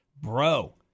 Bro